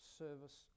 service